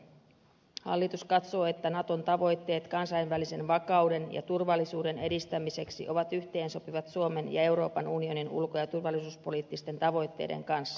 hallitus katsoo että naton tavoitteet kansainvälisen vakauden ja turvallisuuden edistämiseksi ovat yhteensopivat suomen ja euroopan unionin ulko ja turvallisuuspoliittisten tavoitteiden kanssa